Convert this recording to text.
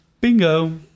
Bingo